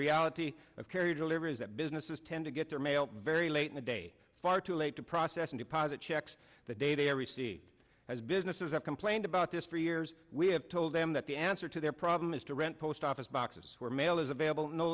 reality of carrier delivery is that businesses tend to get their mail very late in the day far too late to process and deposit checks the data every seed has businesses have complained about this for years we have told them that the answer to their problem is to rent post office boxes where mail is available no